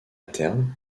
terme